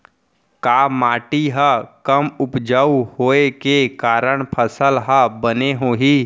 का माटी हा कम उपजाऊ होये के कारण फसल हा बने होही?